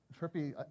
trippy